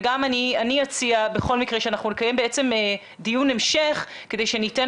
ואני אציע בכל מקרה שאנחנו נקיים דיון המשך כדי שניתן